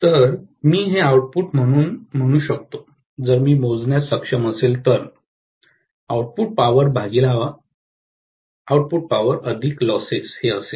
तर मी हे आउटपुट म्हणून म्हणू शकतो जर मी मोजण्यास सक्षम असेल तर आउटपुट पॉवर भागिले आउटपुट पॉवर अधिक लॉसेस हे असेल